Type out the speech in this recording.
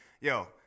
yo